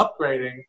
upgrading